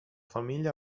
famiglia